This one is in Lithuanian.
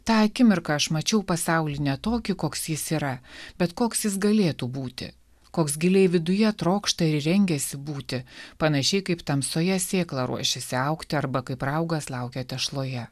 tą akimirką aš mačiau pasaulį ne tokį koks jis yra bet koks jis galėtų būti koks giliai viduje trokšta ir rengiasi būti panašiai kaip tamsoje sėkla ruošiasi augti arba kaip raugas laukia tešloje